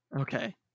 Okay